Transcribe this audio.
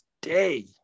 day